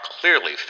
clearly